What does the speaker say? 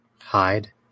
hide